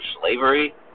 slavery